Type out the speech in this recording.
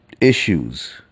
issues